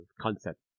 concept